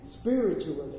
spiritually